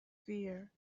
fear